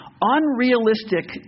Unrealistic